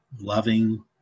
loving